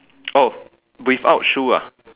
oh without shoe ah